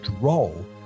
role